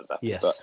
Yes